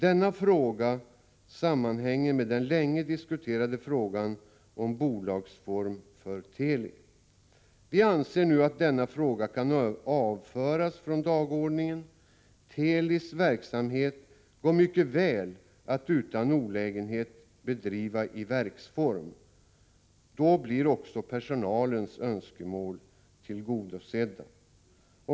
Denna fråga sammanhänger med den länge diskuterade frågan om bolagsform för Teli. Vi anser att denna fråga nu kan avföras från dagordningen. Telis verksamhet går mycket väl att utan olägenhet bedriva i verksform. Då blir också personalens önskemål tillgodosedda.